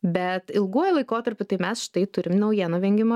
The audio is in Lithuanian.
bet ilguoju laikotarpiu tai mes štai turim naujienų vengimo